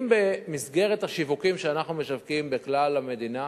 אם במסגרת השיווקים שאנחנו משווקים בכלל המדינה